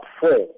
four